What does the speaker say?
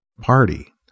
party